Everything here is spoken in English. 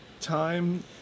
time